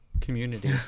community